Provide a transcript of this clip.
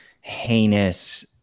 heinous